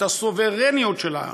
את הסוברניות שלנו.